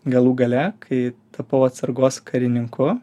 galų gale kai tapau atsargos karininku